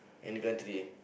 any country